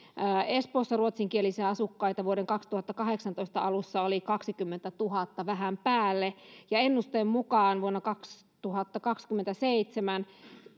espoossa ruotsinkielisiä asukkaita vuoden kaksituhattakahdeksantoista alussa oli kaksikymmentätuhatta vähän päälle ja ennusteen mukaan vuonna kaksituhattakaksikymmentäseitsemän